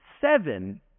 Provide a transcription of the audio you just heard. seven